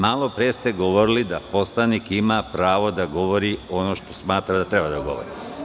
Malo pre ste govorili da poslanik ima pravo da govori ono što smatra da treba da govori.